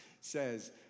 says